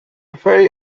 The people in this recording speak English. ferry